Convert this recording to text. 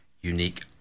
unique